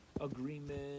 agreement